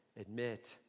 admit